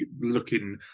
looking